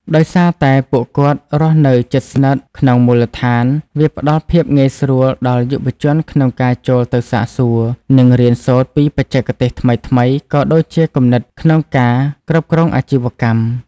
ដោយសារតែពួកគាត់រស់នៅជិតស្និទ្ធក្នុងមូលដ្ឋាន វាផ្ដល់ភាពងាយស្រួលដល់យុវជនក្នុងការចូលទៅសាកសួរ និងរៀនសូត្រពីបច្ចេកទេសថ្មីៗ ក៏ដូចជាគំនិតក្នុងការគ្រប់គ្រងអាជីវកម្ម។